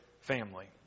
family